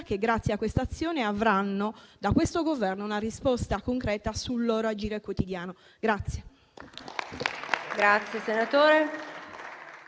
che, grazie a tale azione, avranno da questo Governo, una risposta concreta sul loro agire quotidiano.